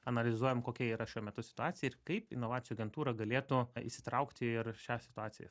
analizuojam kokia yra šiuo metu situacija ir kaip inovacijų agentūra galėtų įsitraukti ir šią situaciją